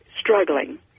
struggling